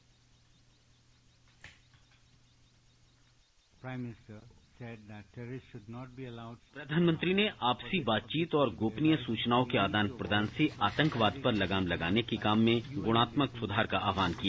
bite प्रधानमंत्री ने आपसी बातचीत और गोपनीय सूचनाओं के आदान प्रदान से आतंकवाद पर लगाम लगाने के काम में गुणात्मक सुधार का आह्वान किया